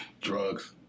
drugs